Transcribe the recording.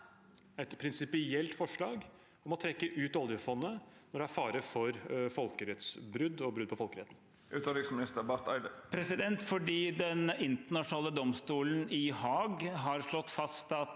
et prinsipielt forslag om å trekke ut oljefondet når det er fare for folkerettsbrudd og brudd på folkeretten? Utenriksminister Espen Barth Eide Den internasjonale domstolen i Haag har ikke slått fast at